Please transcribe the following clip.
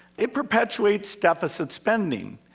it perpetuates deficit spending.